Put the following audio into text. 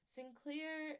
Sinclair